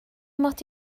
mod